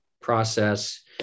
process